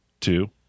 two